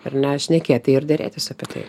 ar ne šnekėti ir derėtis apie tai